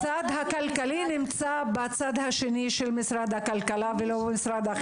הצד הכלכלי נמצא בצד השני של משרד הכלכלה ולא במשרד החינוך.